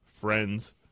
friends